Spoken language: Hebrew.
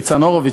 ניצן הורוביץ,